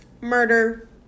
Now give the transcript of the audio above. murder